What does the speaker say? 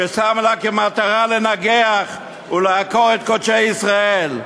ששמה לה כמטרה לנגח ולעקור את קודשי ישראל.